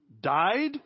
died